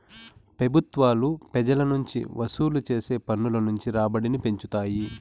పెబుత్వాలు పెజల నుంచి వసూలు చేసే పన్నుల నుంచి రాబడిని పెంచుతాయి